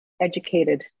educated